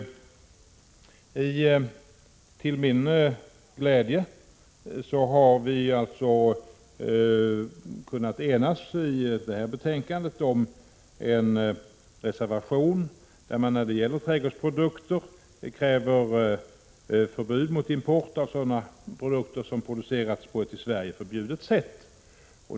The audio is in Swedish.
Till min glädje har vi kunnat enas i detta betänkande om en reservation där det krävs förbud mot import av sådana trädgårdsprodukter som producerats på ett i Sverige förbjudet sätt.